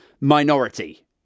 minority